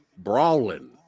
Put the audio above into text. brawling